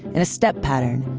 in a step pattern,